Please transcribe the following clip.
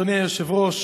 אדוני היושב-ראש,